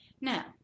Now